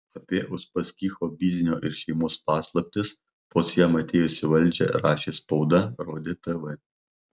apie uspaskicho biznio ir šeimos paslaptis vos jam atėjus į valdžią rašė spauda rodė tv